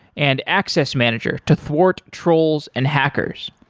and access manager to thwart trolls and hackers.